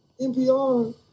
NPR